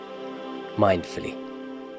mindfully